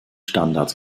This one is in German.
standards